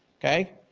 okay?